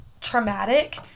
traumatic